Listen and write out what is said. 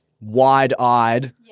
wide-eyed